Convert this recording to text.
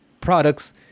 products